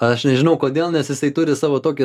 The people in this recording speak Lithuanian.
aš nežinau kodėl nes jisai turi savo tokią